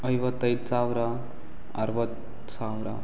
ಐವತ್ತೈದು ಸಾವಿರ ಅರುವತ್ತು ಸಾವಿರ